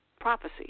prophecy